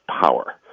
power